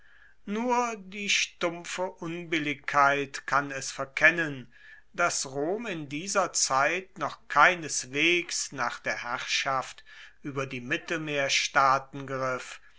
nur die stumpfe unbilligkeit kann es verkennen dass rom in dieser zeit noch keineswegs nach der herrschaft ueber die mittelmeerstaaten griff